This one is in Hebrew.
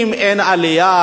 אם אין עלייה,